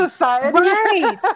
Right